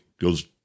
goes